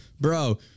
Bro